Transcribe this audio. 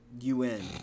UN